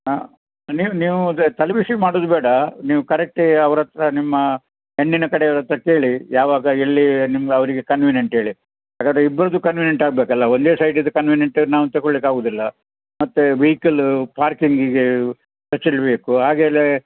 ಹಾಂ ನೀವು ನೀವು ಅದೇ ತಲೆಬಿಸಿ ಮಾಡೂದು ಬೇಡ ನೀವು ಕರೆಕ್ಟ್ ಹೇ ಅವ್ರ ಹತ್ತಿರ ನಿಮ್ಮ ಹೆಣ್ಣಿನ ಕಡೆಯವ್ರ ಹತ್ತಿರ ಕೇಳಿ ಯಾವಾಗ ಎಲ್ಲಿ ನಿಮ್ಗೆ ಅವರಿಗೆ ಕನ್ವೀನ್ಯೆಂಟ್ ಹೇಳಿ ಏಕಂದ್ರೆ ಇಬ್ರದ್ದು ಕನ್ವೀನ್ಯೆಂಟ್ ಆಗ್ಬೇಕಲ್ವ ಒಂದೇ ಸೈಡಿದು ಕನ್ವೀನ್ಯೆಂಟ್ ನಾವು ತಕೊಳ್ಲಿಕ್ಕೆ ಆಗುವುದಿಲ್ಲ ಮತ್ತು ವೆಹಿಕಲ್ಲು ಪಾರ್ಕಿಂಗಿಗೆ ಹೆಚ್ಚಿರಬೇಕು ಹಾಗೆ ಇಲ್ಲಿ